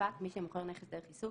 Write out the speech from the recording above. "ספק"- מי שמוכר נכס דרך עיסוק,